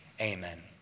amen